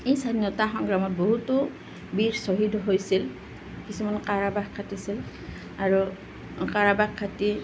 এই স্বাধীনতা সংগ্ৰামত বহুতো বীৰ শ্ৱহীদ হৈছিল কিছুমান কাৰাবাস খাতিছিল আৰু কাৰাবাস খাতি